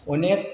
अनेख